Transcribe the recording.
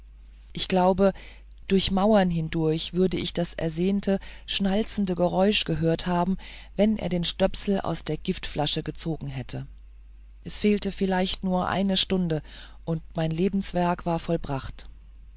ich glaube durch mauern hindurch würde ich das ersehnte schnalzende geräusch gehört haben wenn er den stöpsel aus der giftflasche gezogen hätte es fehlte vielleicht nur eine stunde und mein lebenswerk war vollbracht